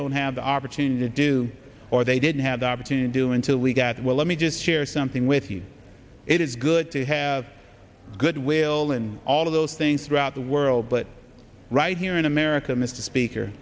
don't have the opportunity to do or they didn't have the opportunity to do until we get well let me just share something with you it is good to have goodwill and all of those things throughout the world but right here in america mr speaker